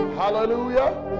hallelujah